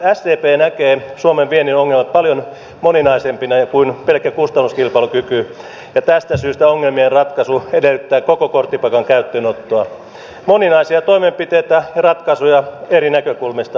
sdp näkee suomen viennin ongelmat paljon moninaisempina kuin pelkkä kustannuskilpailukyky ja tästä syystä ongelmien ratkaisu edellyttää koko korttipakan käyttöönottoa moninaisia toimenpiteitä ja ratkaisuja eri näkökulmista